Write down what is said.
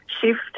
shift